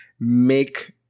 make